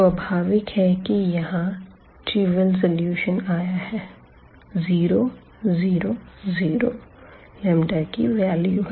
स्वाभाविक है कि यहाँ त्रिविअल सॉल्यूशन आया है 0 0 0 लंबदा की वैल्यू है